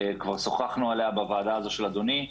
כבר שוחחנו עליה בוועדה הזו של אדוני.